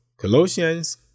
Colossians